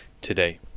today